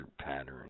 pattern